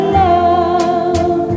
love